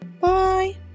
bye